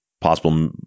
possible